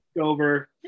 over